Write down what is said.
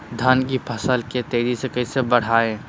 धान की फसल के तेजी से कैसे बढ़ाएं?